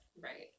Right